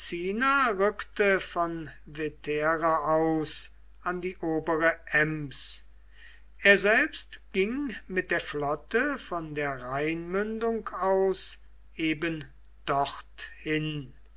rückte von vetera aus an die obere ems er selbst ging mit der flotte von der rheinmündung aus eben dorthin